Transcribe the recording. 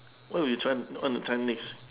what you try want to try next